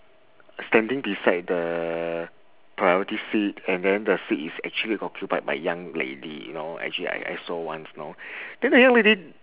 standing beside the priority seat and then seat is actually occupied by young lady you know actually I I saw once you know then the young lady